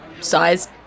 size